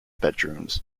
bedrooms